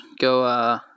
Go